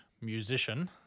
musician